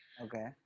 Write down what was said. okay